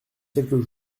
quelques